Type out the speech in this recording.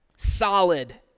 solid